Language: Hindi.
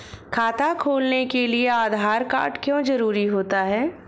खाता खोलने के लिए आधार कार्ड क्यो जरूरी होता है?